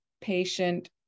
patient